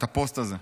את הפוסט הזה.